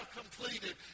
completed